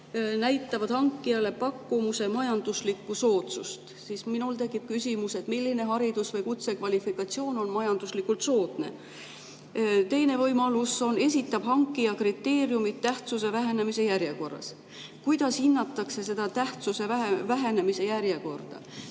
näitavad hankijale pakkumuse majanduslikku soodsust ...", siis minul tekib küsimus, milline haridus või kutsekvalifikatsioon on majanduslikult soodne. Teine näide: "... esitab hankija kriteeriumid tähtsuse vähenemise järjekorras." Kuidas hinnatakse tähtsuse vähenemise järjekorda? Kuna